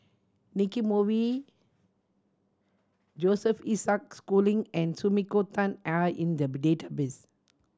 Nicky Moey Joseph Isaac Schooling and Sumiko Tan are in the database